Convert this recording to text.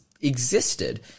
existed